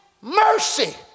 mercy